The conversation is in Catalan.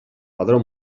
padró